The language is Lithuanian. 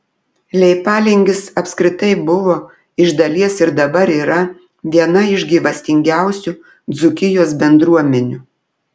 leipalingis apskritai buvo iš dalies ir dabar yra viena iš gyvastingiausių dzūkijos bendruomenių